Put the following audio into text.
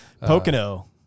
Pocono